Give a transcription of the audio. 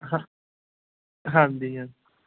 ਹਾਂ ਹਾਂਜੀ